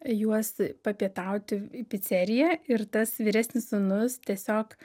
juos papietauti į piceriją ir tas vyresnis sūnus tiesiog